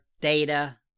data